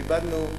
ואיבדנו,